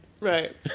Right